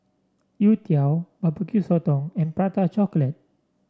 youtiao bbq sotong and Prata Chocolate